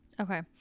Okay